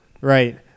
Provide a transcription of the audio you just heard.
Right